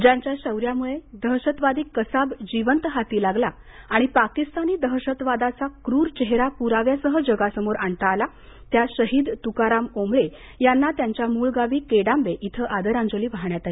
ज्यांच्या शौर्यामुळे दहशतवादी कसाब जिवंत हाती लागला आणि पाकिस्तानी दहशतवादाचा क्रूर चेहरा पुराव्यासह जगासमोर आणता आला त्या शहीद तुकाराम ओंबळे यांना त्यांच्या मूळ गावी केंडाम्बे इथं आदरांजली वाहण्यात आली